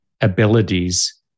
abilities